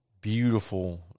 beautiful